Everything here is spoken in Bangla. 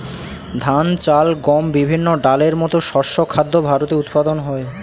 ধান, চাল, গম, বিভিন্ন ডালের মতো শস্য খাদ্য ভারতে উৎপাদন হয়